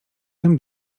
tym